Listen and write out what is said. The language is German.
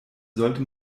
sollte